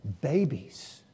Babies